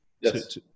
Yes